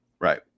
right